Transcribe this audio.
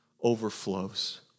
overflows